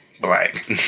black